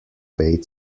paid